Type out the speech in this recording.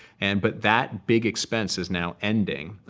and but that big expense is now ending.